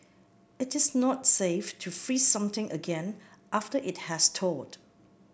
it is not safe to freeze something again after it has thawed